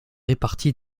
répartie